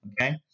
Okay